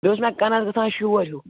بیٚیہِ اوس مےٚ کَنَس گَژھان شور ہیٛوٗ